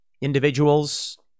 individuals